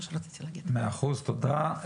מאה אחוז, תודה.